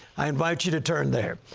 i invite you to turn there.